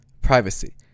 privacy